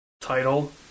title